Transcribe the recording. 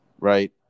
Right